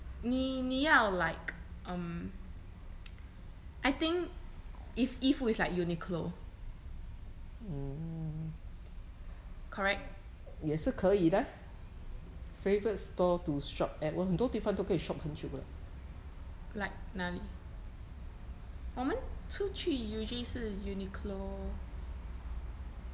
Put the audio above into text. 你你要 like um I think if 衣服 is like uniqlo correct like 哪里我们出去 usually 是 uniqlo